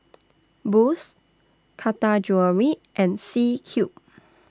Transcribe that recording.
Boost Taka Jewelry and C Cube